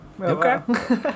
Okay